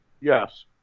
Yes